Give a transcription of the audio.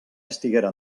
estiguera